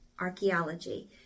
archaeology